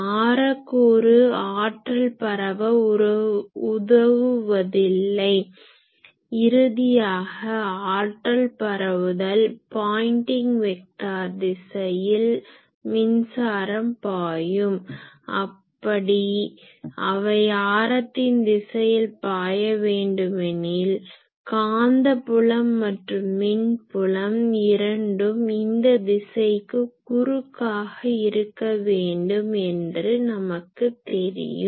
ஆர கூறு ஆற்றல் பரவ உதவுவதில்லை இறுதியாக ஆற்றல் பரவுதல் பாயின்ட்டிங் வெக்டார் திசையில் மின்சாரம் பாயும் அப்படி அவை ஆரத்தின் திசையில் பாய வேணடுமெனில் காந்த புலம் மற்றும் மின் புலம் இரண்டும் இந்த திசைக்கு குறுக்காக இருக்க வேண்டும் என்று நமக்கு தெரியும்